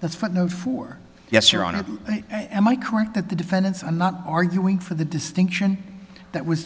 that's footnote four yes your honor and my current that the defendants i'm not arguing for the distinction that was